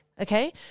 okay